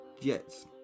Jets